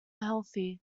healthy